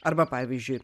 arba pavyzdžiui